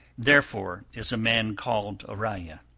therefore is a man called ariya.